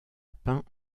peint